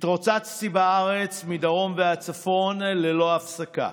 התרוצצתי בארץ מדרום ועד צפון ללא הפסקה.